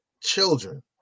children